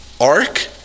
ark